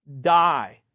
die